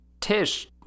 Tish